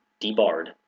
debarred